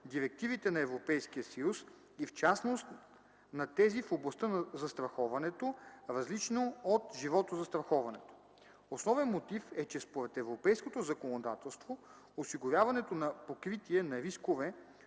директивите на Европейския съюз и в частност на тези в областта на застраховането, различно от животозастраховането. Основен мотив е, че според европейското законодателство осигуряването на покритие на рискове,